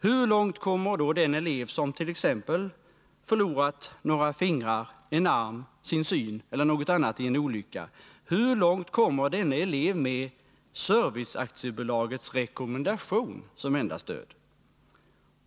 Hur långt kommer då den elev som t.ex. har förlorat några fingrar, en arm, sin syn eller något annat i en olycka? Hur långt kommer denne elev med serviceaktiebolagets rekommendation som enda stöd?